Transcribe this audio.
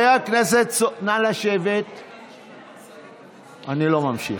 אני לא ממשיך,